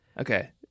Okay